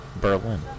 Berlin